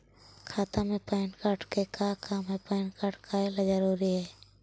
खाता में PAN card के का काम है पैन कार्ड काहे ला जरूरी है?